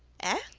ah?